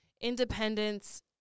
independence